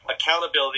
accountability